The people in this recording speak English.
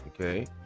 okay